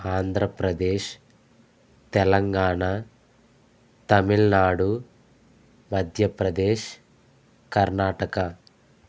Andhra Pradesh Telangana Tamil Nadu Madhya Pradesh Karnataka